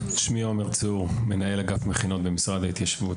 שמי עומר צור, מנהל אגף מכינות במשרד ההתיישבות.